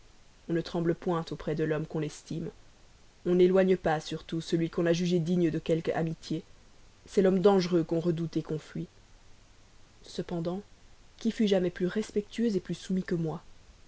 on ne tremble point auprès de l'homme qu'on estime on n'éloigne pas surtout celui qu'on a jugé digne de quelque amitié c'est l'homme dangereux qu'on redoute qu'on fuit cependant qui fut jamais plus respectueux plus soumis que moi